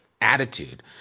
attitude